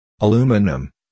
Aluminum